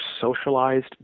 socialized